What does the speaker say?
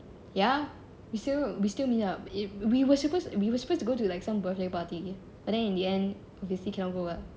ya we still we still meet up we were suppos~ we were suppose we were supposed to go to like some birthday party but then in the end obviously cannot go ah